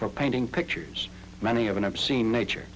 for painting pictures many of an obscene nature